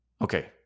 Okay